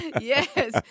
Yes